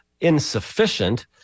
insufficient